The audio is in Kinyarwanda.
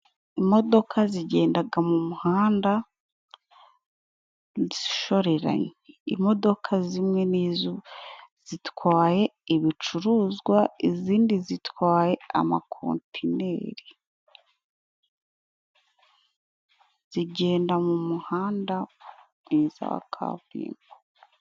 Imodoka zigendaga mu muhanda zishoreranye. Imodoka zimwe zitwaye ibicuruzwa, izindi zitwaye amakontineri. Zigenda mu muhanda mwiza wa kaburimbo.